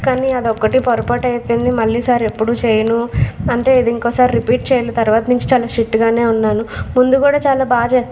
కానీ అది ఒక్కటి పొరపాటయిపోయింది మళ్ళీ సార్ ఎప్పుడు చేయను అంటే ఇది ఇంకోసారి రిపీట్ చేయను తర్వాత నుంచి చాలా స్ట్రిక్ట్ గానే ఉన్నాను ముందు కూడా చాలా బాగా